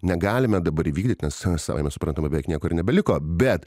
negalime dabar įvykdyt nes savaime suprantama beveik niekur nebeliko bet